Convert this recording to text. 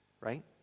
right